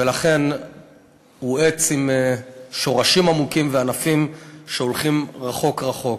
ולכן הוא עץ עם שורשים עמוקים וענפים שהולכים רחוק רחוק.